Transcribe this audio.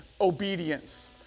obedience